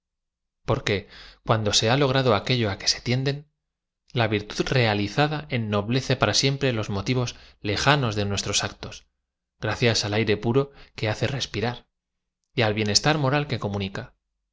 cuan do se ha logrado aquello á que tienden la virtu d rea tizada ennoblece para siempre los m otivos lejanos de nuestros actos gracias a l aire puro que hace rospi ra r y al bienestar m oral que